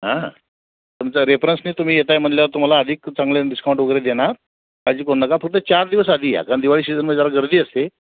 हां तुमचा रेफरन्सने तुम्ही येताय म्हटल्यावर तुम्हाला अधिक चांगले डिस्काउंट वगैरे देणार काळजी करू नका फक्त चार दिवस आधी या कारण दिवाळी सीजनमध्ये जरा गर्दी असते